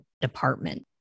department